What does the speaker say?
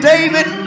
David